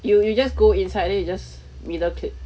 you you just go inside and then you just middle plate